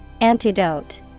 Antidote